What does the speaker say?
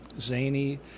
zany